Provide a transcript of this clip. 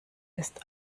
ist